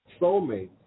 soulmates